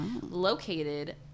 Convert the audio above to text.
located